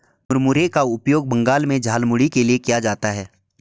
मुरमुरे का उपयोग बंगाल में झालमुड़ी के लिए किया जाता है